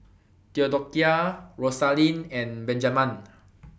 Theodocia Rosalyn and Benjaman